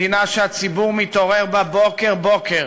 מדינה שהציבור מתעורר בה בוקר-בוקר